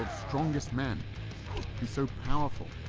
strongest men be so powerful,